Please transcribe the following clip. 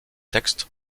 textes